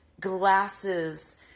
glasses